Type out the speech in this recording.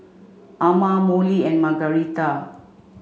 Ama Molly and Margarita